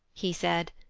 he said,